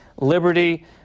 liberty